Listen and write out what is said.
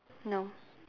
no